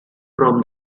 from